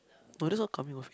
no that's not coming of age